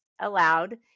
allowed